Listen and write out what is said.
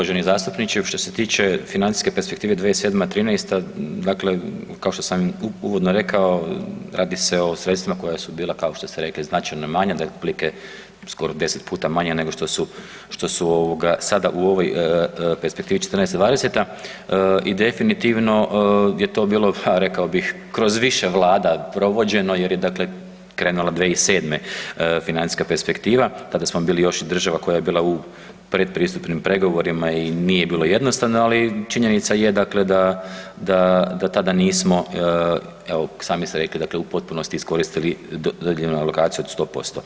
Uvaženi zastupniče, što se tiče financijske perspektive 2007.-2013., dakle kao što sam uvodno rekao, radi se o sredstvima koja su bila kao što ste rekli, značajno manja, da je otprilike skoro 10 puta manja nego što su sada u ovoj perspektivi 2014.-2020., i definitivno je to bilo pa rekao bih, kroz više Vlada provođeno jer je dakle krenulo 2007. financijska perspektiva, tada smo bili još i država koja je bila u pretpristupnim pregovorima i nije bilo jednostavno, ali činjenica je dakle da, da tada nismo evo sami ste rekli dakle u potpunosti iskoristili dodijeljenu alokaciju od 100%